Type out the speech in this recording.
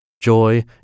Joy